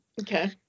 Okay